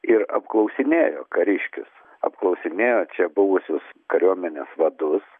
ir apklausinėjo kariškius apklausinėjo čia buvusius kariuomenės vadus